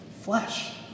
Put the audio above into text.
flesh